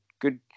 good